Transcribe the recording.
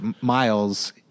miles